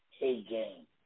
A-game